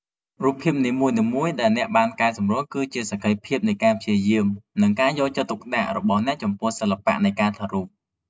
រូបភាពនីមួយៗដែលអ្នកបានកែសម្រួល គឺជាសក្ខីភាពនៃការព្យាយាម និងការយកចិត្តទុកដាក់របស់អ្នកចំពោះសិល្បៈនៃការថតរូប។